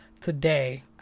today